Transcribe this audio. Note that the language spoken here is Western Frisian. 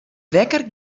wekker